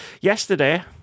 yesterday